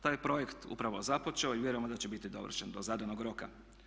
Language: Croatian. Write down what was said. Taj je projekt upravo započeo i vjerujemo da će biti dovršen do zadanog roka.